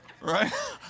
Right